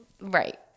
right